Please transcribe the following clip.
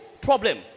problem